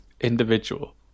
individual